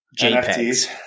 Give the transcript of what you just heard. JPEGs